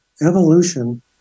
evolution